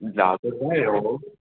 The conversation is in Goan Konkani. जागो मेळ्ळो